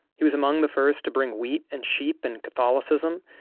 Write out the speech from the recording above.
he was among the first to bring wheat and sheep and catholicism.